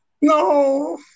No